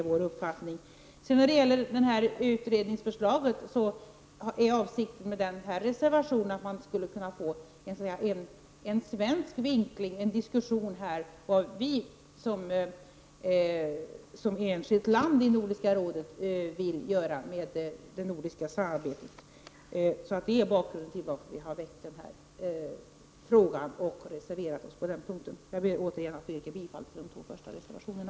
När det sedan gäller utredningsförslaget är avsikten med reservationen att man skulle kunna få en svensk vinkling, en diskussion här om vad Sverige som enskilt land i Nordiska rådet vill med det nordiska samarbetet. Detta är bakgrunden till att vi har väckt frågan och reserverat oss på den här punkten. Jag ber återigen att få yrka bifall till de två första reservationerna.